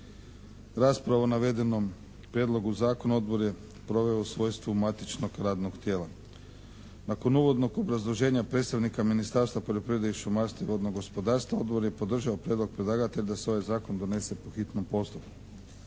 Rasprava o navedenom prijedlogu zakona odbor je proveo u svojstvu matičnog radnog tijela. Nakon uvodnog obrazloženja predstavnika Ministarstva poljoprivrede i šumarstva i vodnog gospodarstva odbor je podržao prijedlog predlagatelja da se ovaj zakon donese po hitnom postupku.